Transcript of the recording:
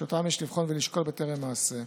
שאותן יש לשקול ולבחון בטרם מעשה.